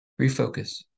refocus